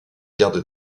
garde